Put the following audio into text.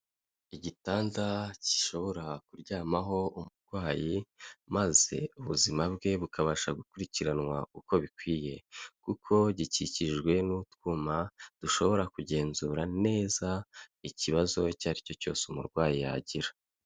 Igitanda gishobora kuryamaho umurwayi maze ubuzima bwe bukabasha gukurikiranwa uko bikwiye, kuko gikikijwe n'utwuma dushobora kugenzura neza, ikibazo icyo ari cyo cyose umurwayi yagira.